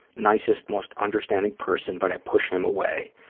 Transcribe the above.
nicest, most understanding person, but i push him away.